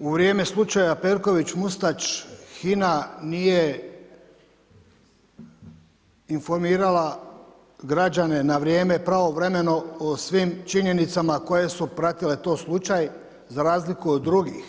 U vrijeme slučaja Perković, Mustač, HINA nije informirala građane na vrijeme pravovremeno, o svim činjenicama koje su pratile taj slučaj, za razliku od drugih,